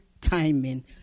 timing